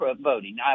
voting